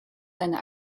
seine